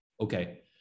Okay